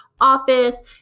office